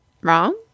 wrong